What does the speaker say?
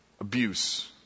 abuse